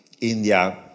India